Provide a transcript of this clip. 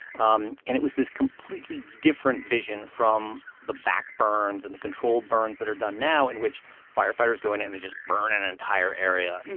um and it was this completely different vision from the back burns and the controlled burns that are done now in which firefighters go in and they just burn an entire area. and